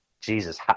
Jesus